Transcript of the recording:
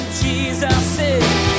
Jesus